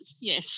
Yes